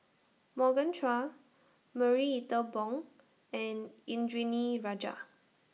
Morgan Chua Marie Ethel Bong and Indranee Rajah